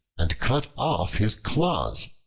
and cut off his claws,